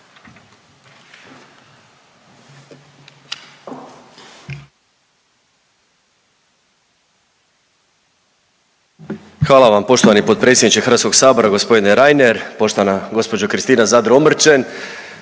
Hvala vam poštovani potpredsjedniče Hrvatskog sabora poštovani gospodine Radin, poštovana gospođo Kristina Zadro Omrčen,